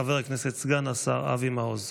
חבר הכנסת סגן השר אבי מעוז.